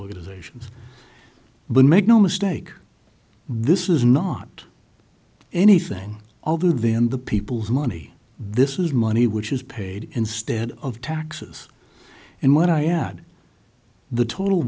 organizations but make no mistake this is not anything other than the people's money this is money which is paid instead of taxes and when i add the total